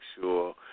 sure